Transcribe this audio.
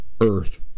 Earth